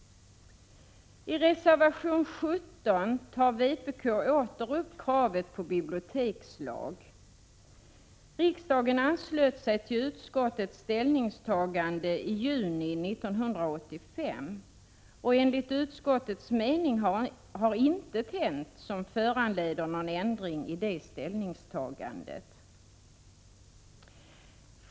I reservation 17 tar vpk åter upp kravet på bibliotekslag. Riksdagen anslöt sig till utskottets ställningstagande i juni 1985. Enligt utskottets mening har inget hänt som föranleder någon ändring i det ställningstagandet.